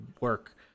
work